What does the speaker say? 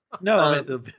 No